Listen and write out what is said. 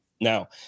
Now